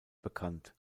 bekannt